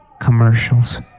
Commercials